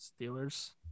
Steelers